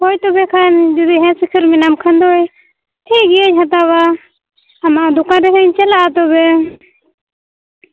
ᱦᱳᱭ ᱛᱚᱵᱮᱠᱷᱟᱱ ᱡᱩᱫᱤ ᱦᱮᱸ ᱥᱤᱠᱟᱹᱨ ᱢᱮᱱᱟᱢ ᱠᱷᱟᱱ ᱫᱚ ᱴᱷᱤᱠ ᱜᱮᱭᱟᱹᱧ ᱦᱟᱛᱟᱣᱟ ᱟᱢᱟᱜ ᱫᱚᱠᱟᱱ ᱨᱮᱫᱚᱧ ᱪᱟᱞᱟᱜᱼᱟ ᱛᱚᱵᱮ